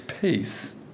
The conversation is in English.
peace